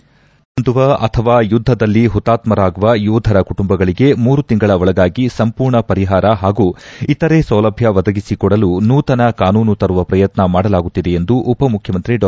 ನಿವೃತ್ತಿ ಹೊಂದುವ ಅಥವಾ ಯುದ್ದದಲ್ಲಿ ಹುತಾತ್ನರಾಗುವ ಯೋಧರ ಕುಟುಂಬಗಳಿಗೆ ಮೂರು ತಿಂಗಳ ಒಳಗಾಗಿ ಸಂಪೂರ್ಣ ಪರಿಹಾರ ಹಾಗೂ ಇತರೆ ಸೌಲಭ್ಣ ಒದಗಿಸಿಕೊಡಲು ನೂತನ ಕಾನೂನು ತರುವ ಪ್ರಯತ್ನ ಮಾಡಲಾಗುತ್ತಿದೆ ಎಂದು ಉಪಮುಖ್ಯಮಂತ್ರಿ ಡಾ